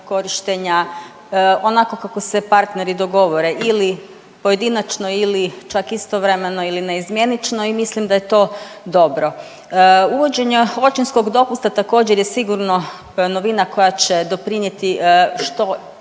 korištenja onako kako se partneri dogovore, ili pojedinačno ili čak istovremeno ili naizmjenično i mislim da je to dobro. Uvođenje očinskog dopusta također je sigurno novina koja će doprinijeti što